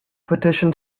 petition